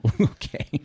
okay